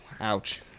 ouch